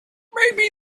maybe